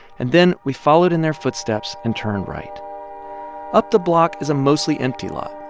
and then we followed in their footsteps and turned right up the block is a mostly empty lot.